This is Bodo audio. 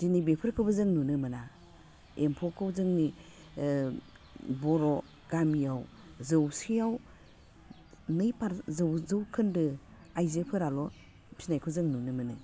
दिनै बेफोरखौबो जों नुनो मोना एम्फौखौ जोंनि बर' गामियाव जौसेआव नै जौखोन्दो आइजोफोराल' फिसिनायखौ जों नुनो मोनो